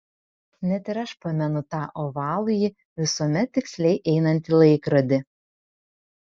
net ir aš pamenu tą ovalųjį visuomet tiksliai einantį laikrodį